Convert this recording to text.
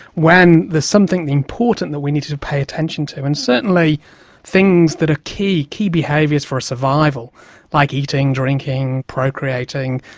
when there's something important that we need to to pay attention to. and certainly things that are key behaviours for survival like eating, drinking, procreating,